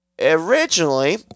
originally